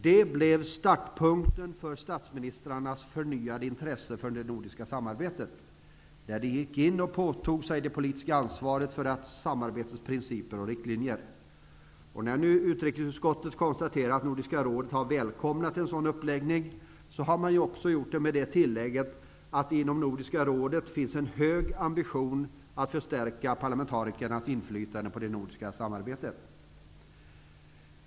Det blev startpunkten för statsministrarnas förnyade intresse för det nordiska samarbetet, där de gick in och påtog sig det politiska ansvaret för samarbetets principer och riktlinjer. När nu utrikesutskottet konstaterat att Nordiska rådet har välkomnat en sådan uppläggning, har man gjort det med tillägget att det inom Nordiska rådet finns en hög ambition att förstärka parlamentarikernas inflytande på det nordiska samarbetet.